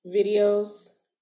videos